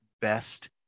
best